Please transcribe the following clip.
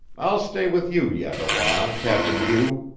i'll stay with you yet a while, captain hugh